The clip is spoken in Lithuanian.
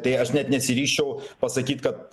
tai aš net nesiryžčiau pasakyt kad